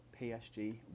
PSG